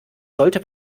sollte